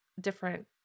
different